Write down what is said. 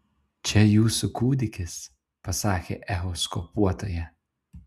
čia jūsų kūdikis pasakė echoskopuotoja